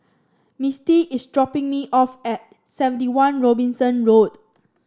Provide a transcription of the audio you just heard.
Mistie is dropping me off at Seventy One Robinson Road